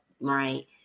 right